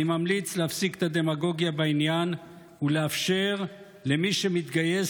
אני ממליץ להפסיק את הדמגוגיה בעניין ולאפשר למי שמתגייס